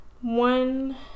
one